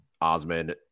Osman